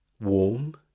warm